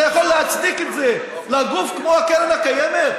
אתה יכול להצדיק את זה בגוף כמו קרן הקיימת?